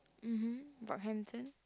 mmhmm Brockhampton